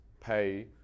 pay